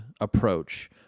approach